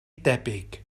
debyg